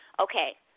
Okay